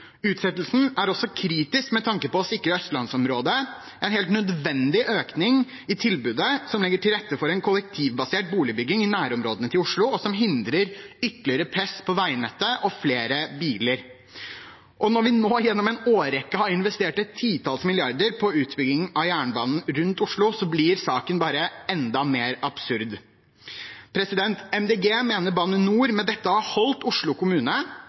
Utsettelsen er også kritisk med tanke på å sikre østlandsområdet en helt nødvendig økning i tilbudet som legger til rette for en kollektivbasert boligbygging i nærområdene til Oslo, og som hindrer ytterligere press på veinettet og flere biler. Når vi nå gjennom en årrekke har investert et titalls milliarder kroner i utbyggingen av jernbanen rundt Oslo, blir saken bare enda mer absurd. Miljøpartiet De Grønne mener Bane NOR med dette har holdt Oslo kommune,